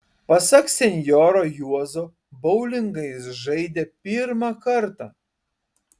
pasak senjoro juozo boulingą jis žaidė pirmą kartą